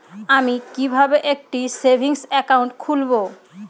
আমি কিভাবে একটি সেভিংস অ্যাকাউন্ট খুলব?